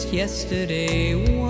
Yesterday